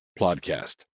podcast